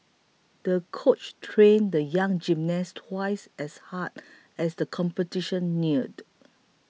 the coach trained the young gymnast twice as hard as the competition neared